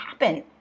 happen